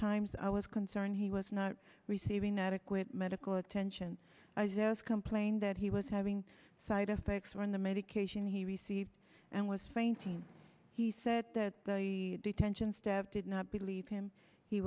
times i was concerned he was not received inadequate medical attention i just complained that he was having side effects when the medication he received and was fainting he said that the detention staff did not believe him he